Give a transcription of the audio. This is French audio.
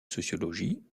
sociologie